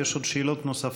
יש עוד שאלות נוספות,